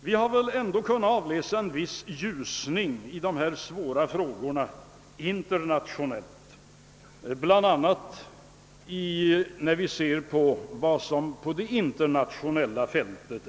Vi har väl ändå kunnat avläsa en viss ljusning beträffande dessa svåra frågor när vi studerat vad som inträffat på det internationella fältet.